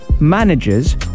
managers